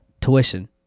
tuition